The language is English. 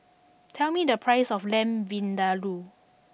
tell me the price of Lamb Vindaloo